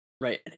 Right